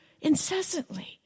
incessantly